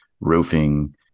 roofing